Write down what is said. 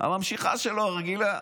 הממשיכה שלו הרגילה,